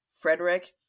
frederick